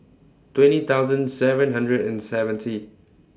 twenty thousand seven hundred and seventy